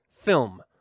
film